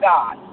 God